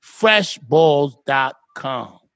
Freshballs.com